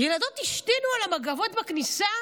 ילדות השתינו על המגבות בכניסה